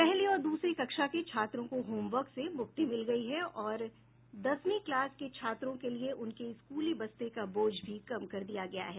पहली और दूसरी कक्षा के छात्रों को होम वर्क से मुक्ति मिल गयी है और दसवीं क्लास के छात्रों के लिए उनके स्कूली बस्ते का बोझ भी कम कर दिया गया है